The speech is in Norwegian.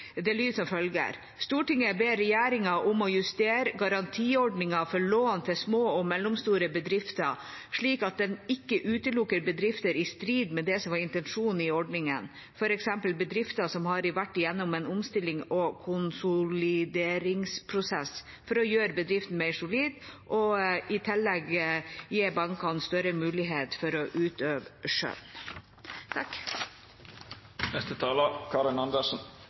følger: «Stortinget ber regjeringen om å justere Garantiordningen for lån til små og mellomstore bedrifter slik at den ikke utelukker bedrifter i strid med det som var intensjonen i ordningen, for eksempel bedrifter som har vært gjennom en omstillings- og konsolideringsprosess for å gjøre bedriften mer solid, og i tillegg gi bankene større mulighet til å utøve skjønn.»